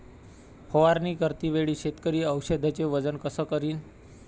फवारणी करते वेळी शेतकरी औषधचे वजन कस करीन?